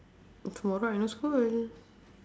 tomorrow I no school already